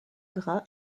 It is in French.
gras